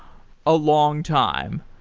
a long time.